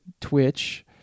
Twitch